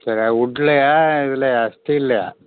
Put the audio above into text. சரி வுட்லையா இதிலையா ஸ்டீல்லையா